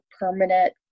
permanent